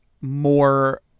more